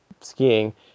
skiing